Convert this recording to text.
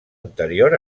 anterior